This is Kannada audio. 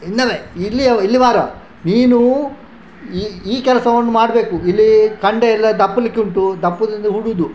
ಇಂದಂಬೆ ಇಲ್ಲಿ ಅವ ಇಲ್ಲಿ ಬಾರೋ ನೀನು ಈ ಈ ಕೆಲಸವನ್ನು ಮಾಡಬೇಕು ಇಲ್ಲಿ ಖಂಡವೆಲ್ಲ ದಪ್ಪಲಿಕ್ಕೆ ಉಂಟು ದಪ್ಪುದೆಂದ್ರೆ ಹೂಡೋದು